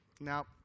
Now